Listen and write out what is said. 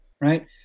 Right